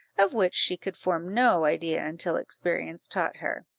of which she could form no idea until experience taught her.